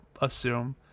assume